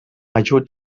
ajut